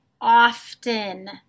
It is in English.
often